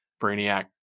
Brainiac